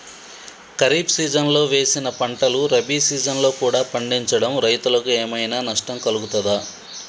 ఖరీఫ్ సీజన్లో వేసిన పంటలు రబీ సీజన్లో కూడా పండించడం రైతులకు ఏమైనా నష్టం కలుగుతదా?